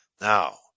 Now